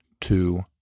two